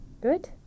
good